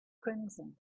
crimson